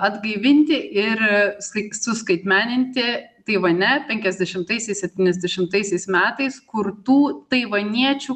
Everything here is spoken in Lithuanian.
atgaivinti ir lyg suskaitmeninti taivane penkiasdešimtaisiais septyniasdešimtaisiais metais kurtų taivaniečių